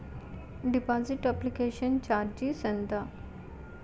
Deposit application charges ఎంత?